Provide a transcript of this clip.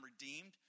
redeemed